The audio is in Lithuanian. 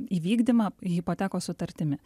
įvykdymą hipotekos sutartimi